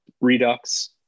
Redux